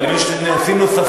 אבל אם יש נושאים נוספים,